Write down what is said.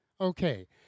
okay